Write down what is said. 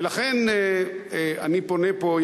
ולכן אני פונה פה,